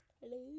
Hello